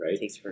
right